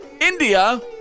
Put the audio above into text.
India